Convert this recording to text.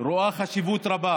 רואה חשיבות רבה